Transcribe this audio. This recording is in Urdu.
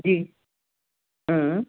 جی ہاں